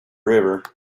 river